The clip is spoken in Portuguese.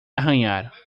arranhar